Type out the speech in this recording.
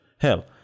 Hell